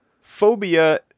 Phobia